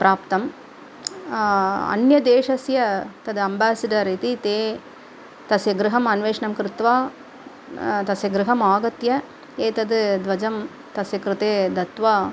प्राप्तम् अन्यदेशस्य तद् अम्बासिडर् इति ते तस्य गृहम् अन्वेषणं कृत्वा तस्य गृहम् आगत्य एतद् ध्वजः तस्य कृते दत्वा